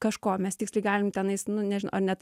kažko mes tiksliai galim tenais nu nežinau ar net